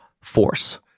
Force